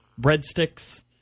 breadsticks